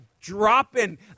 dropping